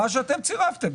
זה מה שאתם צירפתם,